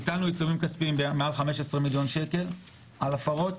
איתרנו עיצומים כספיים במעל 15,000,000 שקלים על הפרות,